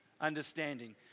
understanding